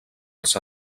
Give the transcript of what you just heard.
els